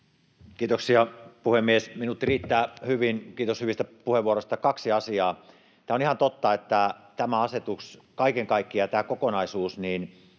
Kiitoksia, puhemies! Minuutti riittää hyvin. Kiitos hyvistä puheenvuoroista. Kaksi asiaa: On ihan totta, että tämä asetus, kaiken kaikkiaan tämä kokonaisuus,